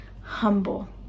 humble